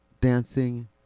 dancing